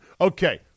okay